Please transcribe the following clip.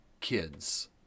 kids